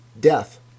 Death